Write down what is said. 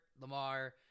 Lamar